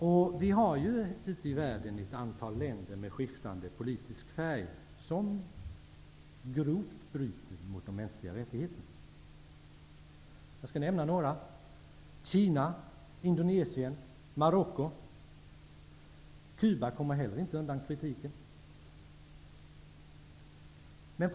Det finns i världen ett antal länder med skiftande politisk färg som grovt bryter mot de mänskliga rättigheterna. Jag skall nämna några: Kina, Indonesien, Marocko, Cuba kommer inte heller undan kritiken.